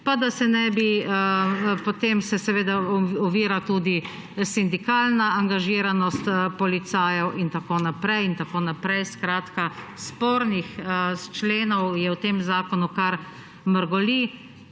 policije. Potem se seveda ovira tudi sindikalno angažiranost policajev in tako naprej in tako naprej. Skratka, spornih členov v tem zakonu, kar mrgoli.